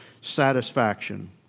satisfaction